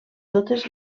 totes